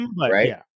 right